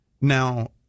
Now